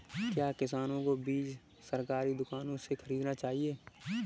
क्या किसानों को बीज सरकारी दुकानों से खरीदना चाहिए?